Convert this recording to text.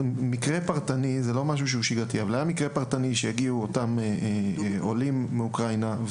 היה מקרה פרטני זהו לא משהו שגרתי שבו הגיעו אותם עולים מאוקראינה,